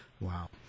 Wow